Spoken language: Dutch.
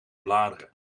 bladeren